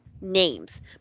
names